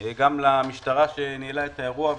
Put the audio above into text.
גם למשטרה שניהלה את האירוע,